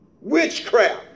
Witchcraft